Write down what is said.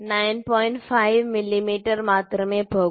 5 millimetre മാത്രമേ പോകൂ